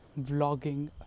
vlogging